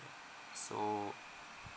so